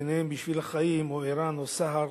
וביניהן "בשביל החיים" ער"ן ו"סהר",